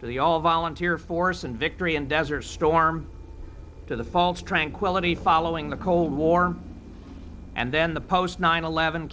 to the all volunteer force and victory in desert storm to the false tranquility following the cold war and then the post nine eleven